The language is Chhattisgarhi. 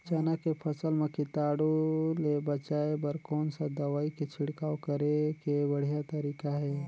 चाना के फसल मा कीटाणु ले बचाय बर कोन सा दवाई के छिड़काव करे के बढ़िया तरीका हे?